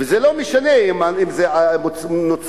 וזה לא משנה אם זה נוצרים,